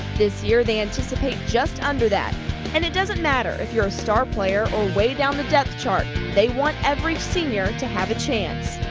this year they anticipate just under than and it doesn't matter if you're a star player or way down the depth chart. they want every senior to have a chance.